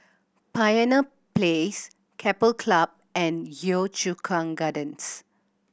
Pioneer Place Keppel Club and Yio Chu Kang Gardens